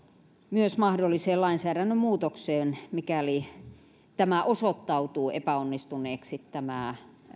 myös mahdolliseen lainsäädännön muutokseen mikäli osoittautuu epäonnistuneeksi tämä